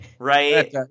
right